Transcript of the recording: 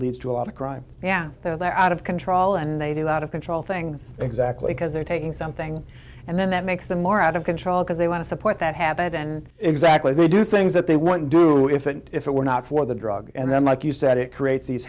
leads to a lot of crime yeah they're out of control and they do a lot of control things exactly because they're taking something and then that makes them more out of control because they want to support that have been exactly they do things that they won't do if it if it were not for the drug and then like you said it creates these